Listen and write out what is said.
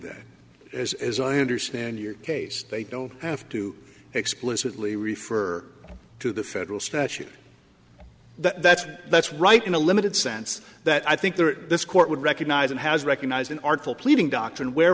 that as as i understand your case they don't have to explicitly refer to the federal statute that's that's right in the limited sense that i think that this court would recognize and has recognized an artful pleading doctrine where